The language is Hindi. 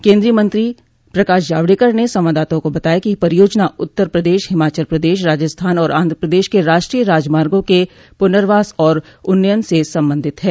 केन्द्रीय मंत्री प्रकाश जावड़ेकर ने संवाददाताओं को बताया कि यह परियोजना उत्तर प्रदेश हिमाचल प्रदेश राजस्थान और आंधप्रदेश के राष्ट्रीय राजमार्गों के पुनर्वास और उन्नयन से संबंधित है